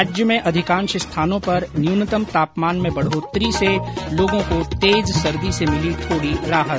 प्रदेश में अधिकांश स्थानों पर न्यूनतम तापमान में बढ़ोतरी से लोगों को तेज सर्दी से मिली थोड़ी राहत